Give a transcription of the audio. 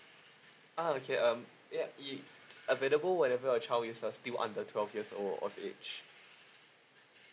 ah okay um ya it available whenever your child is uh still under twelve years old of age